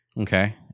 Okay